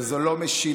וזו לא משילות,